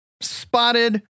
spotted